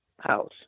house